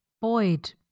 Boyd